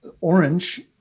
orange